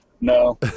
no